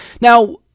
Now